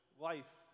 life